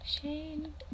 Shane